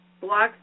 blocks